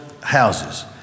houses